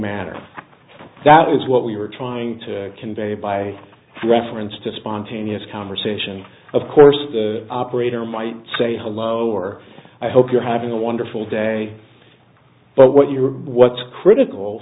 manner that is what we were trying to convey by reference to spontaneous conversation of course the operator might say hello or i hope you're having a wonderful day but what you are what's critical